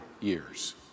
years